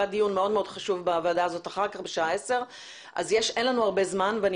דיון מאוד מאוד חשוב בוועדה כך שאין לנו הרבה זמן ואני